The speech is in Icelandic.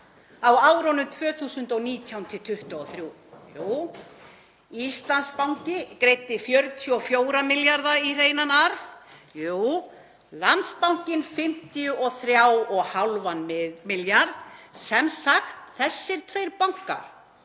á árunum 2019–2023? Jú, Íslandsbanki greiddi 44 milljarða í hreinan arð. Jú, Landsbankinn 53,5 milljarða. Þessir tveir bankar,